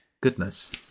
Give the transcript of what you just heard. Goodness